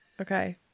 okay